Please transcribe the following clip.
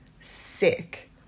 sick